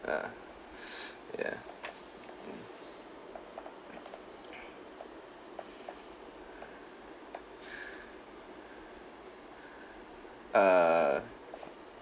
ah ya mm err